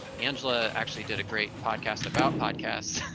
angela actually did a great podcast about podcasts,